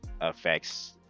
affects